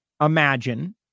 imagine